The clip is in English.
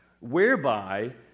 whereby